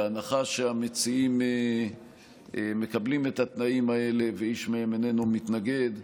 בהנחה שהמציעים מקבלים את התנאים האלה ואיש מהם איננו מתנגד,